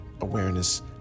awareness